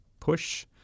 push